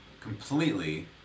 completely